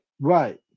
Right